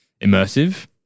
immersive